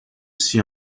see